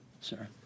sir